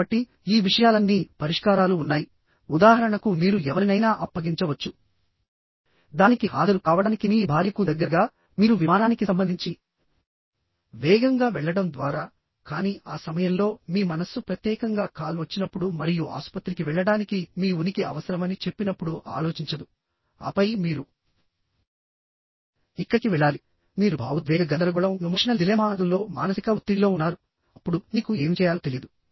కాబట్టి ఈ విషయాలన్నీ పరిష్కారాలు ఉన్నాయి ఉదాహరణకు మీరు ఎవరినైనా అప్పగించవచ్చుదానికి హాజరు కావడానికి మీ భార్యకు దగ్గరగా మీరు విమానానికి సంబంధించి వేగంగా వెళ్లడం ద్వారా కానీ ఆ సమయంలో మీ మనస్సు ప్రత్యేకంగా కాల్ వచ్చినప్పుడు మరియు ఆసుపత్రికి వెళ్లడానికి మీ ఉనికి అవసరమని చెప్పినప్పుడు ఆలోచించదు ఆపై మీరుఇక్కడికి వెళ్లాలి మీరు భావోద్వేగ గందరగోళం లో మానసిక ఒత్తిడిలో ఉన్నారు అప్పుడు మీకు ఏమి చేయాలో తెలియదు